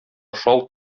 шалт